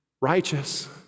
righteous